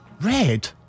Red